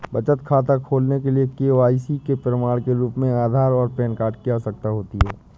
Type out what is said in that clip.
बचत खाता खोलने के लिए के.वाई.सी के प्रमाण के रूप में आधार और पैन कार्ड की आवश्यकता होती है